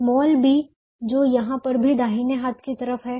small b जो यहां पर भी दाहिने हाथ की तरफ है